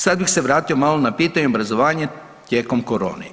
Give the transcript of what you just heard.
Sad bih se vratio malo na pitanje obrazovanja tijekom korone.